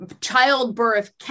childbirth